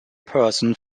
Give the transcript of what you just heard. person